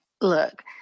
look